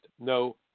no